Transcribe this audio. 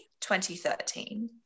2013